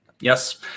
Yes